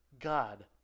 God